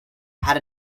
had